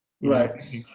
right